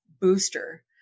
booster